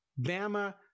Bama